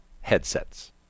headsets